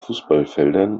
fußballfeldern